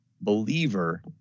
believer